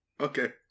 Okay